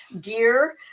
gear